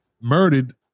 murdered